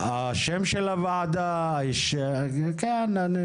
שם הוועדה וכו'.